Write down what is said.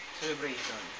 celebration